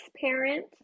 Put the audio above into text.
parent